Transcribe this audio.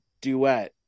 duet